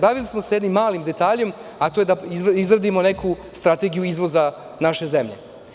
Bavili smo se sa jednim malim detaljem, a to je da izradimo neku strategiju izvoza naše zemlje.